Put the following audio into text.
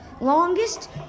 longest